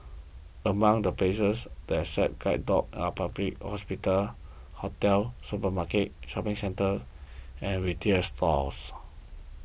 among the places that accept guide dogs are public hospitals hotels supermarkets shopping centres and retail stores